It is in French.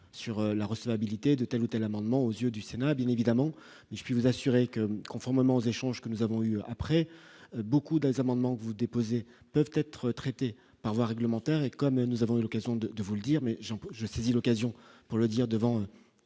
sur la recevabilité de telle ou telle amendements aux yeux du Sénat, bien évidemment, mais je puis vous assurer que, conformément aux échanges que nous avons eu après beaucoup des amendements que vous déposez peuvent être traitées par voie réglementaire, et comme nous avons eu l'occasion de de vous le dire mais j'ai, je saisis l'occasion pour le dire devant